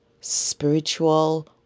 spiritual